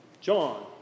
John